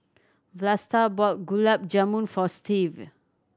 Vlasta bought Gulab Jamun for Stevie